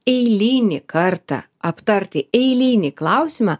eilinį kartą aptarti eilinį klausimą